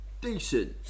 Decent